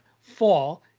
fall